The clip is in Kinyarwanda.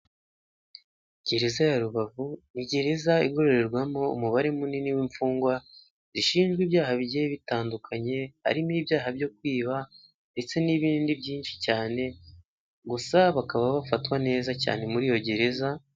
Gereza ya rubavu ni gereza igororerwamo umubare munini wimfungwa zishinjwa ibyaha bigiye bitandukanye harimo ibyaha byo kwiba ndetse nibindi byinshi cyane, gusa bakaba bafatwa neza cyane muriyo gereza.